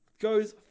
goes